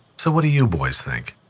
so, what do you boys think?